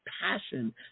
passion